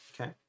Okay